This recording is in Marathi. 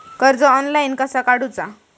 कर्ज ऑनलाइन कसा काडूचा?